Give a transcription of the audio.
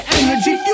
energy